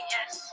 Yes